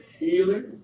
healing